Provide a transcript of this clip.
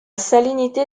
salinité